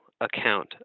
account